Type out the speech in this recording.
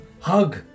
Hug